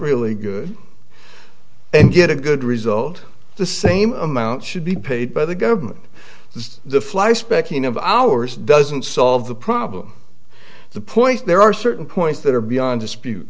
really good and get a good result the same amount should be paid by the government just the fly specking of hours doesn't solve the problem the point there are certain points that are beyond dispute